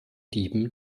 dieben